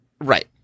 right